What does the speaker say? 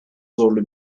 zorlu